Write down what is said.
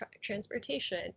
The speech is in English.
transportation